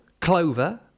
Clover